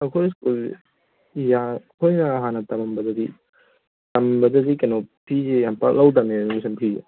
ꯑꯩꯈꯣꯏ ꯁ꯭ꯀꯨꯜ ꯑꯩꯈꯣꯏꯅ ꯍꯥꯟꯅ ꯇꯝꯃꯝꯕꯗꯗꯤ ꯇꯝꯕꯗꯗꯤ ꯀꯩꯅꯣ ꯐꯤꯁꯦ ꯌꯥꯝ ꯄꯥꯛꯅ ꯂꯧꯗꯝꯅꯦ ꯑꯦꯠꯃꯤꯁꯟ ꯐꯤꯁꯦ